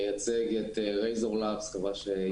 מייצג את חברת הסטארט-אפ Razor Labs אותה ייסדתי.